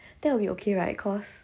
that will be okay right cause